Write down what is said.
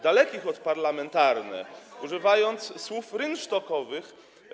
dalekich od parlamentarnych, używając słów rynsztokowych.